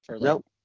Nope